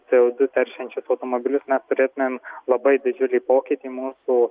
c o du teršiančius automobilius mes turėtumėm labai didžiulį pokytį mūsų